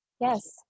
Yes